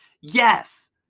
yes